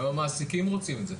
גם המעסיקים רוצים את זה.